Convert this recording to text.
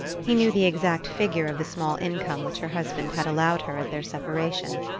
he knew the exact figure of the small income which her husband had allowed her at their separation.